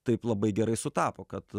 taip labai gerai sutapo kad